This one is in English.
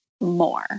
more